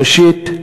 ראשית,